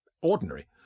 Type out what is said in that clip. ordinary